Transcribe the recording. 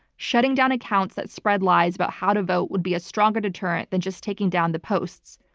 shutting down accounts that spread lies about how to vote would be a stronger deterrent than just taking down the posts.